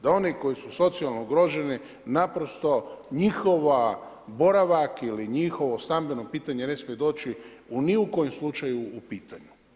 Da oni koji su socijalno ugroženi naprosto njihov boravak ili njihovo stambeno pitanje ne smije doći u ni u kojem slučaju u pitanje.